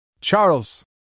Charles